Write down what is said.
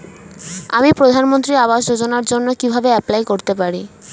আমি প্রধানমন্ত্রী আবাস যোজনার জন্য কিভাবে এপ্লাই করতে পারি?